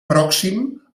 pròxim